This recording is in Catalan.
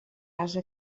casa